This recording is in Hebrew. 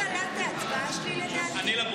בדיור הציבורי (הוראת שעה, חרבות ברזל) (דייר